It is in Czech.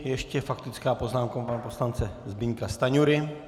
Ještě faktická poznámka pana poslance Zbyňka Stanjury.